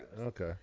Okay